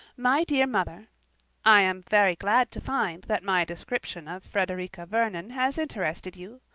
my dear mother i am very glad to find that my description of frederica vernon has interested you,